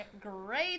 great